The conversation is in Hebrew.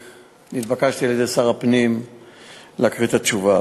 נתבקשתי על-ידי שר הפנים להקריא את התשובה.